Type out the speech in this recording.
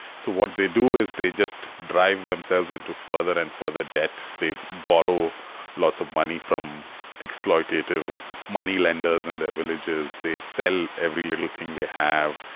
so what they do is they just drive themselves into further and further debt. they borrow lots of money from exploitative moneylenders in their villages, they sell every little thing they have,